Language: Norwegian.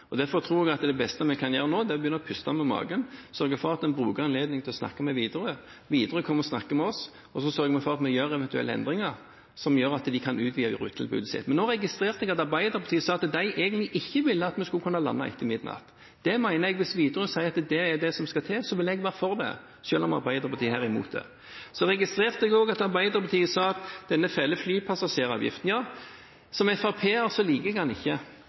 Derfor tror jeg at det beste vi kan gjøre nå, er å begynne å puste med magen og sørge for at en bruker anledningen til å snakke med Widerøe. Widerøe kommer og snakker med oss, og så sørger vi for at vi gjør eventuelle endringer som gjør at de kan utvide rutetilbudet sitt. Nå registrerte jeg at Arbeiderpartiet sa at de egentlig ikke ville at vi skulle kunne lande etter midnatt. Hvis Widerøe sier at det er det som skal til, vil jeg være for det, selv om Arbeiderpartiet her er imot det. Jeg registrerte også at Arbeiderpartiet sa noe om denne «fæle» flypassasjeravgiften. Ja, som Fremskrittsparti-politiker liker jeg den ikke,